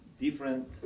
different